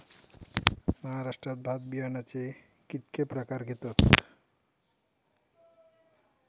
महाराष्ट्रात भात बियाण्याचे कीतके प्रकार घेतत?